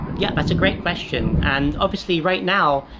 yeah, that's a great question. and obviously, right now,